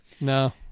No